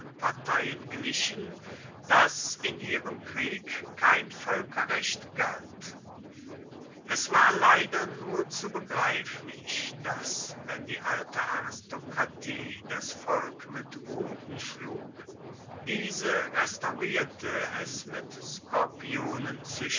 parteien glichen daß in ihrem krieg kein völkerrecht galt es war leider nur zu begreiflich daß wenn die alte aristokratie das volk mit ruten schlug diese restaurierte es mit skorpionen